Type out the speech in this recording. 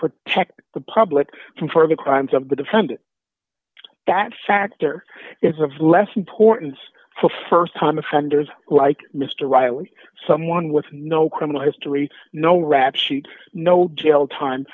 protect the public for the crimes of the defendant that factor is of less importance for st time offenders like mr riley someone with no criminal history no rap sheet no jail time